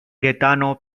gaetano